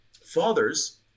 fathers